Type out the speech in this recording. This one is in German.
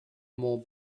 mont